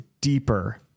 deeper